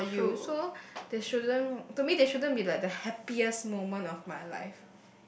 for you so there shouldn't to me there shouldn't be like the happiest moment of my life